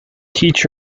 teach